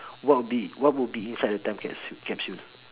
what be what will be inside the time capsule capsule